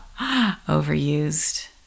overused